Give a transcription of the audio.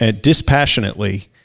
dispassionately